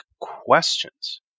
questions